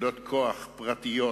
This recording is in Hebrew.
כוח פרטיות,